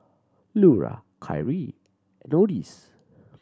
Lura Kyrie Odis